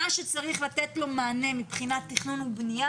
מה שצריך לתת לו מענה מבחינת תכנון ובנייה,